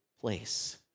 place